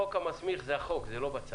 החוק המסמיך זה החוק, זה לא בצו.